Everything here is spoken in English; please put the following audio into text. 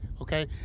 okay